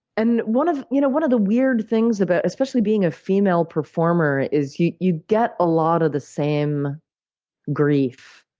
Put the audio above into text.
and one of you know one of the weird things about especially being a female performer is you you get a lot of the same grief.